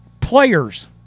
players